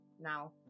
now